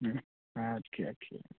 okay okay